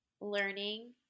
learning